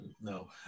No